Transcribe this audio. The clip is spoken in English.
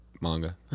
manga